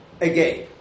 again